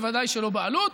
ובוודאי שלא בעלות.